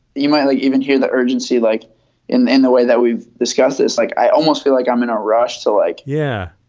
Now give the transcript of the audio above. you might like even hear the urgency, like in in the way that we've discussed this, like i almost feel like i'm in a rush, so. like yeah.